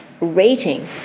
rating